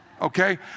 Okay